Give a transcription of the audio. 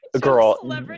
Girl